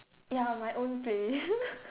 ya my own playlist